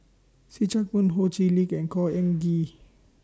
See Chak Mun Ho Chee Lick and Khor Ean Ghee